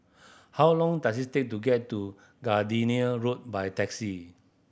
how long does it take to get to Gardenia Road by taxi